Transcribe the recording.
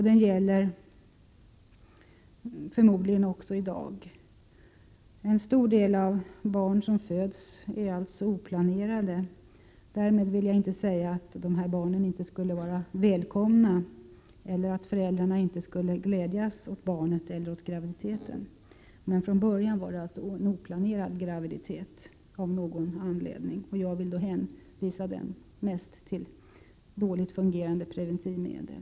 Den gäller förmodligen även i dag. En stor del av de barn som föds är således oplanerade. Därmed vill jag inte säga att dessa barn inte skulle vara välkomna eller att föräldrarna inte skulle glädjas åt barnet eller åt graviditeten. Från början var det emellertid en oplanerad graviditet av någon anledning. Jag tror att det Prot. 1987/88:115 mestadels beror på dåligt fungerande preventivmedel.